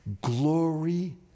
glory